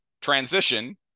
transition